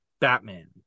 Batman